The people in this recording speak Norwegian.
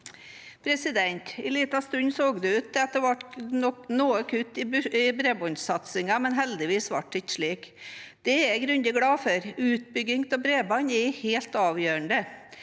En liten stund så det ut til at det ble noe kutt i bredbåndssatsingen, men heldigvis ble det ikke slik. Det er jeg grundig glad for. Utbygging av bredbånd er helt av gjørende.